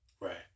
Right